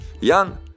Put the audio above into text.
young